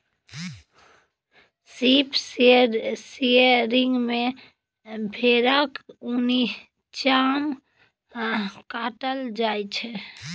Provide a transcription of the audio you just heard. sheep shearing मे भेराक उनी चाम काटल जाइ छै